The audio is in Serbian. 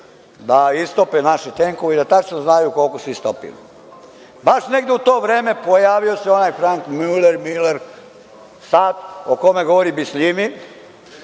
da istope naše tenkove i da tačno znaju koliko su istopili. Baš negde u to vreme pojavio se onaj Frank Miler o kome govori Bisljimi